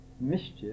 mischief